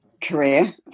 career